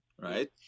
Right